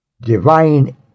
divine